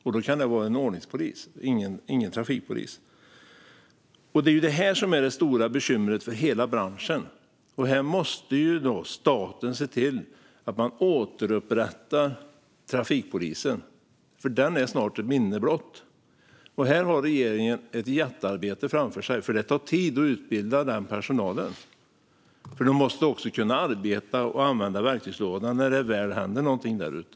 Det kan då handla om en ordningspolis och inte en trafikpolis. Detta är det stora bekymret för hela branschen. Här måste staten se till att återupprätta trafikpolisen, för den är snart ett minne blott. Regeringen har ett jättearbete framför sig. Det tar nämligen tid att utbilda sådan personal. Man måste ju kunna arbeta och använda verktygslådan när något väl händer där ute.